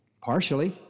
Partially